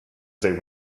they